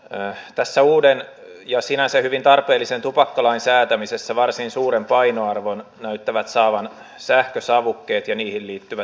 tässä uuden ja sinänsä hyvin tarpeellisen tupakkalain säätämisessä varsin suuren painoarvon näyttävät saavan sähkösavukkeet ja niihin liittyvät tiukennukset